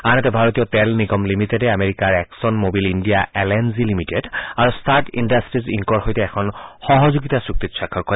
আনহাতে ভাৰতীয় তেল নিগম লিমিটেডে আমেৰিকাৰ Exxon Mobil India L N G Limited আৰু চাৰ্ট ইণ্ডাট্টিজ ইংকৰ সৈতে এখন সহযোগিতা চুক্তিত স্বাক্ষৰ কৰে